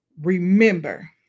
remember